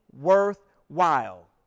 worthwhile